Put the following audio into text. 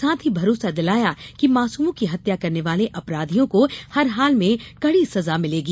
साथ ही भरोसा दिलाया कि मासूमों की हत्या करने वाले अपराधियों को हर हाल में कड़ी सजा मिलेगी